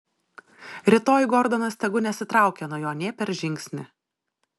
rytoj gordonas tegu nesitraukia nuo jo nė per žingsnį